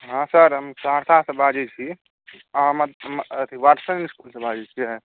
हँ सर हम सहरसासॅं बाजै छी अहाँ वाटसन इसकुलसँ बाजै छीयै